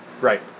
right